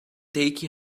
take